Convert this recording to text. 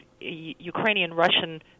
Ukrainian-Russian